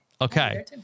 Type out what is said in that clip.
Okay